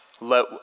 let